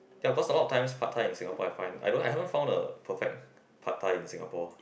ya because a lot of times pad-thai in Singapore I find I don't I haven't found the perfect pad-thai in Singapore